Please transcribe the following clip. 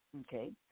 okay